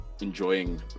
enjoying